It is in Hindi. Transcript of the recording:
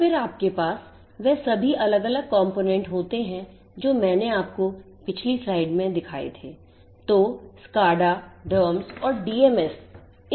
और फिर आपके पास वह सभी अलग अलग componentsहोते हैं जो मैंने आपको पिछली स्लाइड में दिखाए थे